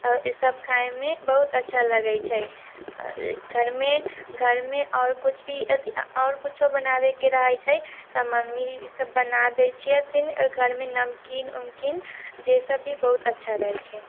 ईसभ खायमे बहुत अच्छा लगैत छै घरमे घरमे आओर किछु भी आओर कुच्छो बनाबयके रहैत छै तऽ मम्मी ईसभ बना दैत छथिन घरमे नमकीन उमकीन जाहिसँ कि बहुत अच्छा रहैत छै